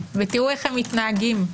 ותראו איך הם מתנהגים.